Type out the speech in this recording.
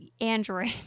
android